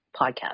podcast